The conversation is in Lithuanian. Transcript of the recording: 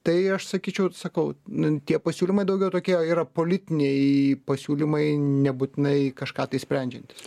tai aš sakyčiau ir sakau nun tie pasiūlymai daugiau tokie yra politiniai pasiūlymai nebūtinai kažką tai sprendžiantys